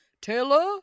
Taylor